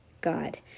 God